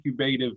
incubative